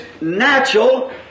natural